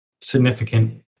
significant